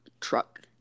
truck